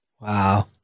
Wow